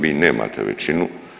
Vi nemate većinu.